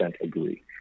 agree